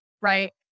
Right